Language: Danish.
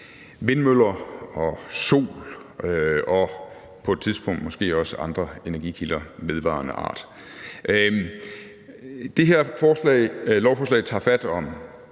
vindmøller og sol og på et tidspunkt måske også andre energikilder af vedvarende art. Det her lovforslag tager fat om